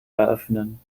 eröffnen